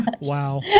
Wow